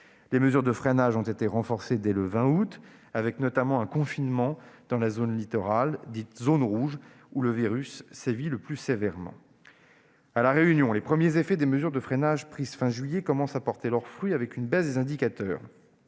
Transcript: Les mesures de freinage de la pandémie ont été renforcées dès le 20 août, avec notamment un confinement de la zone littorale, dite « zone rouge », où le virus sévit le plus sévèrement. À La Réunion, les mesures de freinage prises fin juillet commencent à porter leurs fruits, puisque les indicateurs